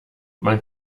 man